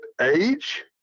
age